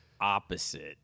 Opposite